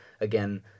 Again